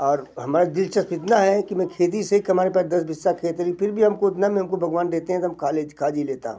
और हमारी दिलचस्पी इतनी है कि मैं खेती से कि हमारे पास दस बिस खेत हैं लेकिन फिर भी हम को उतना में हमको भगवान देते हैं तो हम खा खा जी लेता हूँ